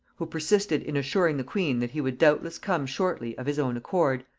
who persisted in assuring the queen that he would doubtless come shortly of his own accord,